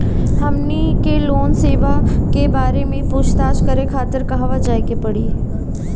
हमनी के लोन सेबा के बारे में पूछताछ करे खातिर कहवा जाए के पड़ी?